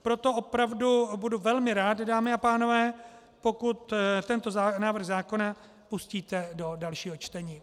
Proto opravdu budu velmi rád, dámy a pánové, pokud tento návrh zákona pustíte do dalšího čtení.